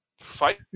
fight